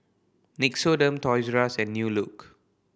Nixoderm Toys R Us and New Look